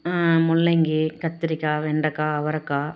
முள்ளங்கி கத்தரிக்கா வெண்டக்காய் அவரக்காய்